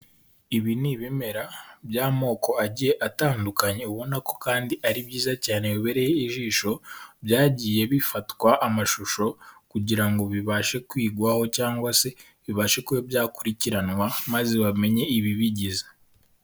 Ibi ni ibimera by'amoko agiye atandukanye, ubona ko kandi ari byiza cyane bibereye ijisho, byagiye bifatwa amashusho kugira ngo bibashe kwigwaho cyangwa se bibashe kuba byakurikiranwa, maze bamenye ibibigize.